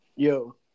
Yo